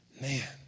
Man